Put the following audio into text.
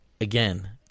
again